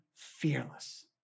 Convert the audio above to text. Fearless